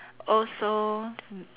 also